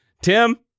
Tim